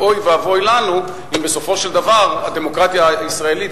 אוי ואבוי לנו אם בסופו של דבר הדמוקרטיה הישראלית